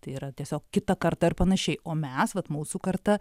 tai yra tiesiog kita karta ir panašiai o mes vat mūsų karta